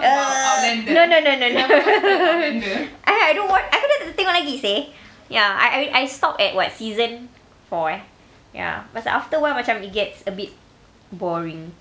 eh no no no no no I I don't w~ I pun tak tengok lagi seh ya I I I stop at what season four eh ya pasal after awhile macam it gets a bit boring